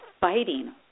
fighting